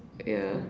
yeah